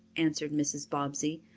answered mrs. bobbsey.